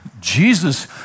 Jesus